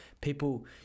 People